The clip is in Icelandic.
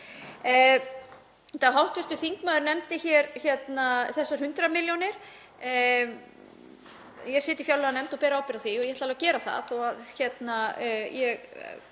Hv. þingmaður nefndi hér þessar 100 milljónir. Ég sit í fjárlaganefnd og ber ábyrgð á því og ég ætla alveg að gera það.